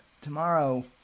Tomorrow